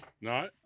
No